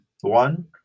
One